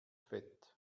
fett